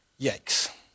Yikes